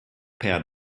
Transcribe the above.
pad